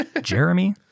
Jeremy